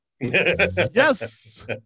Yes